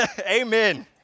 Amen